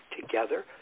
together